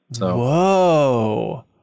Whoa